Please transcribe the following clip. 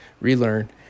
relearn